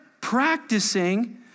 practicing